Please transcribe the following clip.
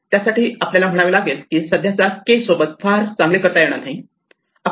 त्यासाठी आपल्याला म्हणावे लागेल की सध्याच्या K सोबत फार चांगले करता येणार नाही